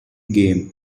game